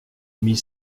mis